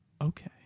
okay